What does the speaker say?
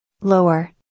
Lower